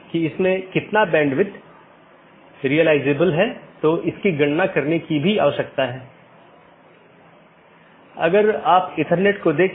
जैसे मैं कहता हूं कि मुझे वीडियो स्ट्रीमिंग का ट्रैफ़िक मिलता है या किसी विशेष प्रकार का ट्रैफ़िक मिलता है तो इसे किसी विशेष पथ के माध्यम से कॉन्फ़िगर या चैनल किया जाना चाहिए